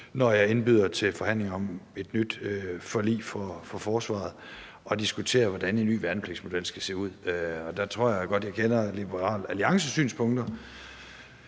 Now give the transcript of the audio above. når jeg indbyder til forhandlinger om et nyt forlig for forsvaret, at diskutere, hvordan en ny værnepligtsmodel skal se ud. Der tror jeg godt, at jeg kender Liberal Alliances synspunkter.